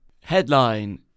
Headline